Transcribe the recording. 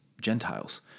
Gentiles